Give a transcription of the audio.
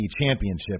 championship